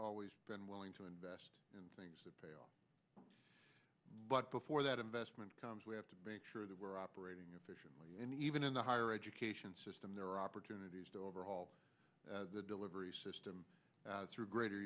always been willing to invest in things that pay off but before that investment comes we have to make sure that we're operating efficiently and even in the higher education system there are opportunities to overhaul the delivery system through greater